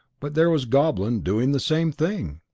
but there was goblin doing the same thing!